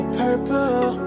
purple